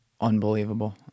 unbelievable